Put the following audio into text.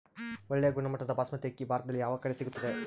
ಒಳ್ಳೆ ಗುಣಮಟ್ಟದ ಬಾಸ್ಮತಿ ಅಕ್ಕಿ ಭಾರತದಲ್ಲಿ ಯಾವ ಕಡೆ ಸಿಗುತ್ತದೆ?